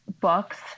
books